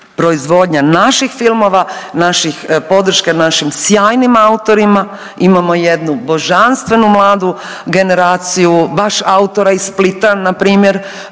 proizvodnja naših filmova, podrška našim sjajnim autorima. Imamo jednu božanstvenu mladu generaciju baš autora iz Splita na primjer.